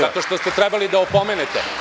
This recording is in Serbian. Zato što ste trebali da opomenete.